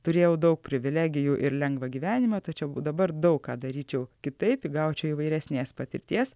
turėjau daug privilegijų ir lengvą gyvenimą tačiau dabar daug ką daryčiau kitaip gaučiau įvairesnės patirties